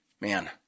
man